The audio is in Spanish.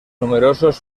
numerosos